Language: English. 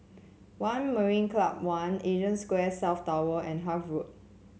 One Marina Club One Asia Square South Tower and Hythe Road